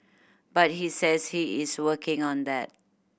but he says he is working on that